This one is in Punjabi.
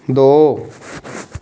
ਦੋ